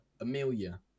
Amelia